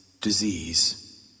disease